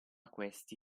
questi